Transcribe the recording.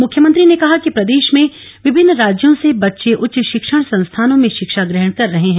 मुख्यमंत्री ने कहा कि प्रदेश में विभिन्न राज्यों से बच्चे उच्च शिक्षण संस्थानों में शिक्षा ग्रहण कर रहे हैं